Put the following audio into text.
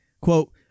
Quote